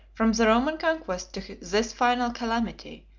from the roman conquest to this final calamity,